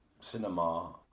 Cinema